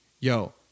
yo